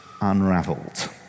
unraveled